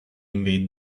invade